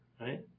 Right